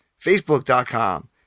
Facebook.com